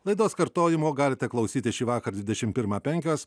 laidos kartojimo galite klausytis šįvakar dvidešimt pirmą penkios